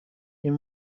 این